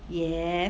yes